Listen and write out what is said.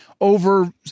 over